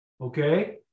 okay